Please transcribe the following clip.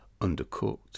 undercooked